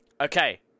Okay